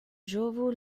ŝovu